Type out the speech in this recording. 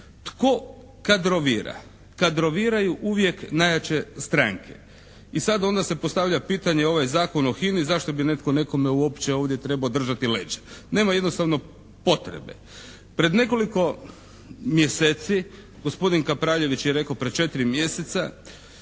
Tko kadrovira? Kadroviraju uvijek najjače stranke. I sad onda se postavlja pitanje, ovaj Zakon o HINA-i, zašto bi netko nekome uopće ovdje trebao držati leđa? Nema jednostavno potrebe. Pred nekoliko mjeseci gospodin Kapraljević je rekao pred 4 mjeseca,